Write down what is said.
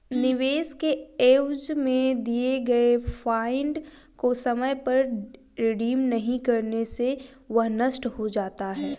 निवेश के एवज में दिए गए पॉइंट को समय पर रिडीम नहीं करने से वह नष्ट हो जाता है